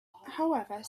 however